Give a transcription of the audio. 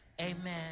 amen